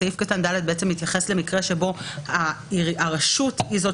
בעצם סעיף קטן (ד) מתייחס למקרה שבו הרשות היא זאת